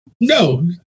No